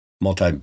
multi